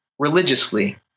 religiously